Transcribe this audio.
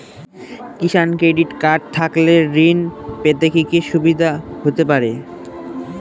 কিষান credit card থাকলে ঋণ পেতে কি কি সুবিধা হতে পারে?